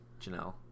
Janelle